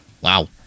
Wow